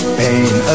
pain